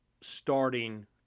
starting